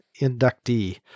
inductee